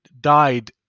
died